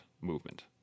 movement